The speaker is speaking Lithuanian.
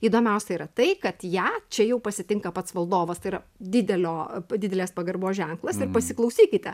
įdomiausia yra tai kad ją čia jau pasitinka pats valdovas tai yra didelio didelės pagarbos ženklas ir pasiklausykite